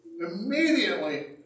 immediately